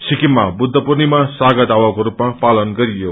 सिकिममा बुद्ध पूर्णिमा सागादावा को स्रूपमा पालन गरियो